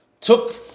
took